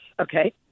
Okay